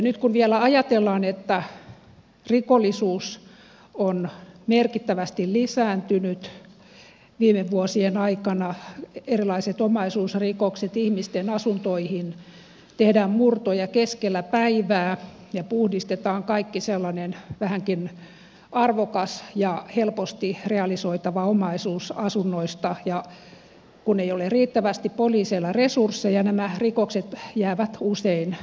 nyt kun vielä ajatellaan että rikollisuus on merkittävästi lisääntynyt viime vuosien aikana erilaiset omaisuusrikokset ihmisten asuntoihin tehdään murtoja keskellä päivää ja puhdistetaan kaikki vähänkin arvokas ja helposti realisoitava omaisuus asunnoista ja kun ei ole riittävästi poliiseilla resursseja niin nämä rikokset jäävät usein selvittämättä